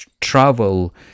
travel